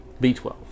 b12